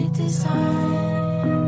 design